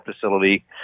facility